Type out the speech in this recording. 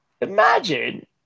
imagine